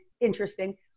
interesting